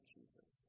Jesus